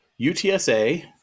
UTSA